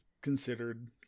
considered